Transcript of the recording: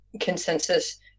consensus